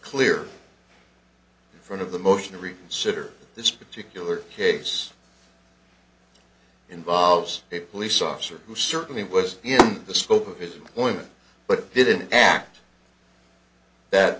clear front of the motion to reconsider this particular case involves a police officer who certainly was in the scope of his employment but didn't act that